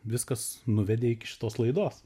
viskas nuvedė iki šitos laidos